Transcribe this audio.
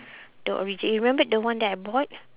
the origi~ you remembered the one that I bought